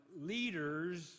leaders